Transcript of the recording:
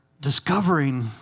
discovering